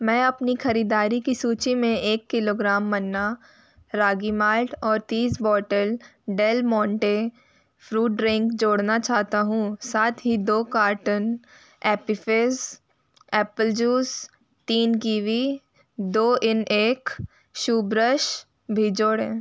मैं अपनी ख़रीदारी की सूची में एक किलोग्राम मन्ना रागी माल्ट और तीस बॉटल डेलमोंटे फ्रूट ड्रिंक जोड़ना चाहता हूँ साथ ही दो carton Appy Fizz apple juice तीन किवी दो इन एग शू ब्रश भी जोड़ें